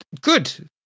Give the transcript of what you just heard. Good